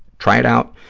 try it out,